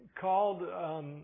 called